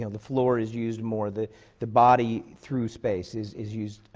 the floor is used more. the the body, through space, is is used